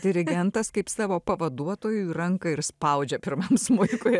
dirigentas kaip savo pavaduotojui ranką ir spaudžia pirmam smuikui